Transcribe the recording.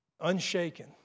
unshaken